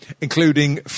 including